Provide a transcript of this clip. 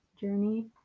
journey